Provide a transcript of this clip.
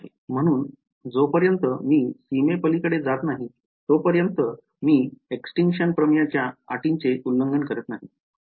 म्हणून जोपर्यंत मी सीमेपलीकडे जात नाही तोपर्यंत मी extinction प्रमेयच्या अटीचे उल्लंघन करीत नाही